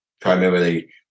primarily